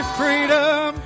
freedom